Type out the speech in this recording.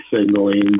signaling